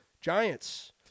Giants